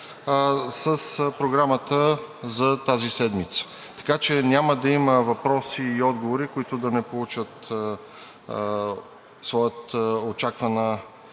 с програмата за тази седмица. Така че няма да има въпроси и отговори, които да не получат своята очаквана